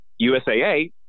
USAA